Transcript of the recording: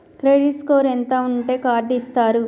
Credit score ఎంత ఉంటే card ఇస్తారు?